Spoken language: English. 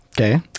okay